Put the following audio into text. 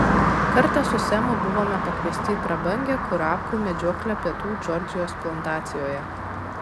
kartą su semu buvome pakviesti į prabangią kurapkų medžioklę pietų džordžijos plantacijoje